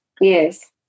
Yes